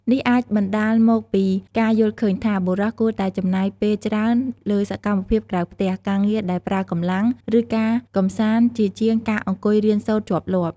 នេះអាចបណ្ដាលមកពីការយល់ឃើញថា បុរសគួរតែចំណាយពេលច្រើនលើសកម្មភាពក្រៅផ្ទះ ការងារដែលប្រើកម្លាំង ឬការកម្សាន្តជាជាងការអង្គុយរៀនសូត្រជាប់លាប់។